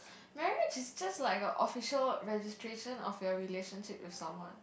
marriage is just like a official registration of your relationship with someone